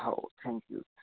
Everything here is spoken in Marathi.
हो थँक यू